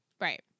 Right